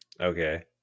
okay